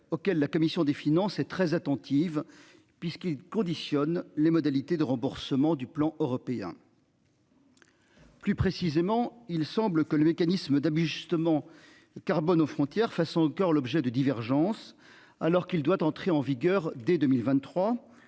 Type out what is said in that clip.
auxquelles la commission des finances est très attentive puisqu'il conditionne les modalités de remboursement du plan européen.-- Plus précisément, il semble que le mécanisme d'abus justement carbone aux frontières fasse encore l'objet de divergences alors qu'il doit entrer en vigueur dès 2023.